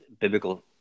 biblical